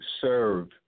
serve